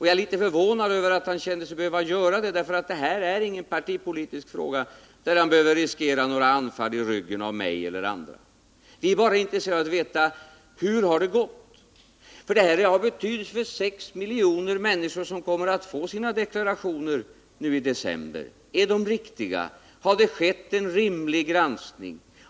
Jag är litet förvånad över att han tycks anse sig behöva göra det, för det här är ingen partipolitisk fråga där han behöver riskera några anfall i ryggen av mig eller andra. Vi är bara intresserade av att få veta hur det har gått. Det här är nämligen av betydelse för 6 miljoner människor som kommer att få sina skattsedlar nu i december. Är dessa riktiga? Har det skett en rimlig granskning?